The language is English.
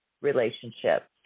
relationship